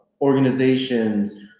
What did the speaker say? organizations